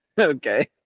Okay